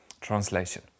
translation